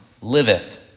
liveth